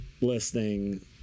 listening